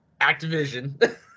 Activision